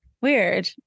weird